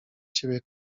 ciebie